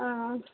ஆ ஆ